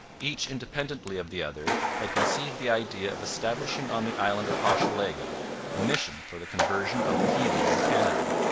each independently of the other had conceived the idea of establishing on the island of hochelaga a mission for the conversion of the heathen in canada.